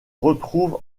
retrouve